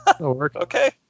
Okay